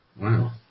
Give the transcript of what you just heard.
Wow